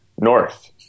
north